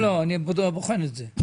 לא לא, אני בוחן את זה.